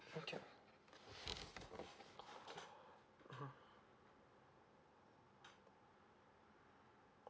okay mmhmm